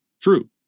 true